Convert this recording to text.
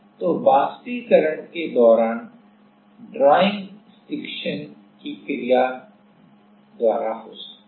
तो वाष्पीकरण के दौरान ड्रॉयिंग स्टिक्शन की क्रिया द्वारा हो सकती है